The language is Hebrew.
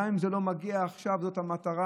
גם אם זה לא מגיע עכשיו זאת המטרה.